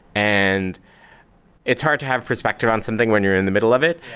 and it's hard to have perspective on something when you're in the middle of it,